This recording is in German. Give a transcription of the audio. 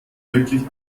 wirklich